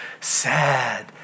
sad